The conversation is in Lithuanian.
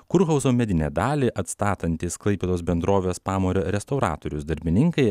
kurhauzo medinę dalį atstatantys klaipėdos bendrovės pamario restauratorius darbininkai